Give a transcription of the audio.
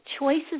choices